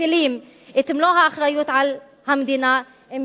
מטילים את מלוא האחריות על המדינה אם